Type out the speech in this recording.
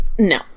no